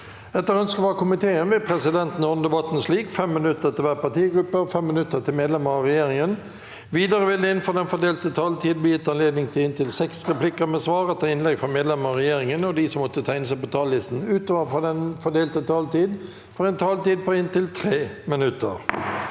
og konstitusjonskomiteen vil presidenten ordne debatten slik: 5 minutter til hver partigruppe og 5 minutter til medlemmer av regjeringen. Videre vil det – innenfor den fordelte taletid – bli gitt anledning til inntil seks replikker med svar etter innlegg fra medlemmer av regjeringen, og de som måtte tegne seg på talerlisten utover den fordelte taletid, får en taletid på inntil 3 minutter.